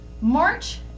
March